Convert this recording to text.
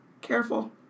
Careful